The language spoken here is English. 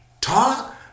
talk